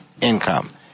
income